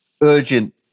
urgent